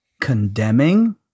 condemning